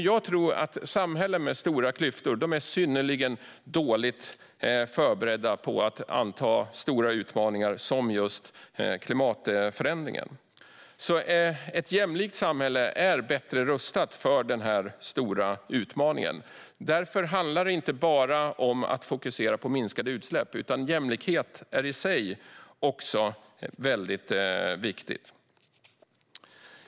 Jag tror att samhällen med stora klyftor är synnerligen dåligt förberedda på att anta stora utmaningar som just klimatförändringen. Ett jämlikt samhälle är bättre rustat för denna stora utmaning. Därför handlar det inte bara om att fokusera på minskade utsläpp, utan jämlikhet är i sig också väldigt viktigt.